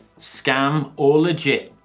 scam or legit?